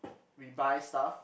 we buy stuff